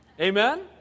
amen